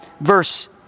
verse